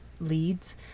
leads